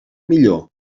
millor